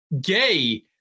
Gay –